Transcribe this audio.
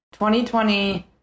2020